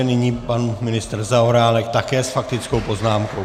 Nyní pan ministr Zaorálek také s faktickou poznámkou.